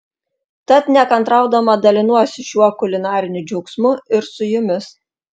tad nekantraudama dalinuosi šiuo kulinariniu džiaugsmu ir su jumis